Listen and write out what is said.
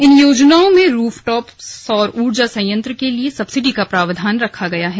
इन योजनाओं में रूफटॉप सौर ऊर्जा संयंत्र के लिए सब्सिडी का प्रावधान रखा गया है